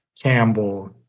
Campbell